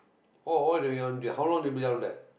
oh all the way do~ how long you be down there